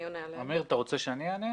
אתה רוצה שאני אענה?